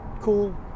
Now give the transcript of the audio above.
Cool